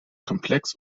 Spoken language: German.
komplex